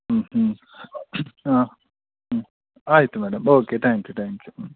ಹ್ಞೂ ಹ್ಞೂ ಹಾಂ ಹ್ಞೂ ಆಯಿತು madam okay thank you thank you ಹ್ಞೂ